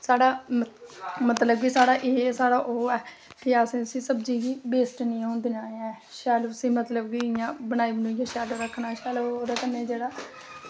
मतलब कि एह् साढ़ा ओह् ऐ कि असें इस सब्जी गी वेस्ट निं होन देना ऐ शैल मतलब कि उस्सी बनाइयै शैल रक्खना ऐ ते ओह्दे कन्नै जेह्ड़ा